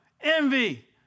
Envy